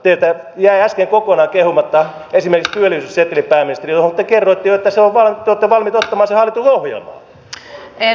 teiltä jäi äsken kokonaan kehumatta esimerkiksi työllisyysseteli pääministeri josta te kerroitte jo että te olette valmiita ottamaan sen hallitusohjelmaan